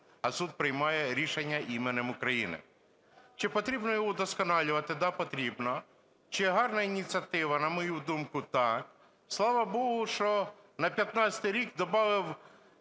а суд приймає рішення іменем України. Чи потрібно його вдосконалювати? Да, потрібно. Чи гарна ініціатива? На мою думку, так. Слава богу, що на 15 рік добавив